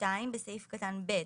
(2)בסעיף קטן (ב),